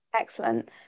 Excellent